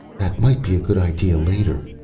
that might be a good idea later,